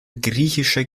griechische